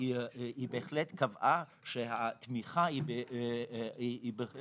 היא בהחלט קבעה שהתמיכה היא בכפוף